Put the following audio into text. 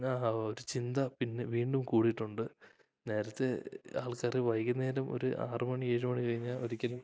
ആ ഒരു ചിന്ത പിന്നെ വീണ്ടും കൂടിയിട്ടുണ്ട് നേരത്തെ ആൾക്കാര് വൈകുന്നേരം ഒരു ആറു മണി ഏഴു മണി കഴിഞ്ഞാല് ഒരിക്കലും